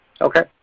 Okay